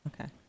Okay